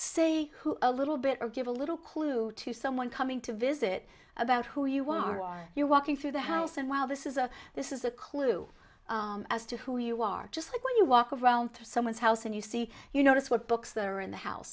say who a little bit or give a little clue to someone coming to visit about who you are are you walking through the house and while this is a this is a clue as to who you are just like when you walk around to someone's house and you see you notice what books there are in the house